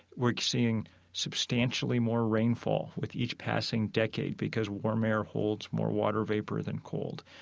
we're seeing substantially more rainfall with each passing decade because warm air holds more water vapor than cold.